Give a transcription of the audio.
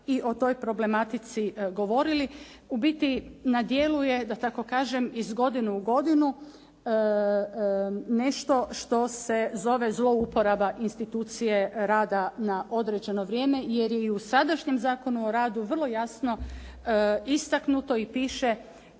i o toj problematici govorili, na djelu je da tako kažem iz godine u godinu nešto što se zove zlouporaba institucije rada na određeno vrijeme jer je i u sadašnjem Zakonu o radu vrlo jasno istaknuto i piše